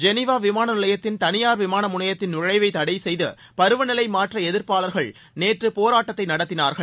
Geneva விமான நிலையத்தின் தனியார் விமான முனையத்தின் நுழழவை தடை செய்து பருவ நிலை மாற்ற எதிர்ப்பு ஆர்வலர்கள் நேற்று போராட்டத்தை நடத்தினார்கள்